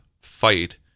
fight